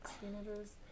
teenagers